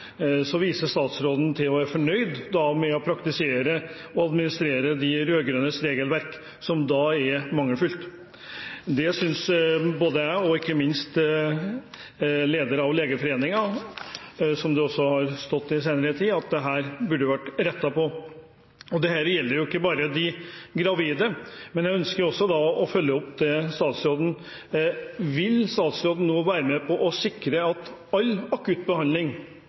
Så viser statsråden seg å være fornøyd med å praktisere og administrere de rød-grønnes regelverk, som er mangelfullt. Dette synes både jeg og, ikke minst, lederen av Legeforeningen, som det har stått om i den senere tid, burde vært rettet på. Dette gjelder jo ikke bare gravide. Jeg ønsker også å følge opp dette: Vil statsråden nå være med på å sikre at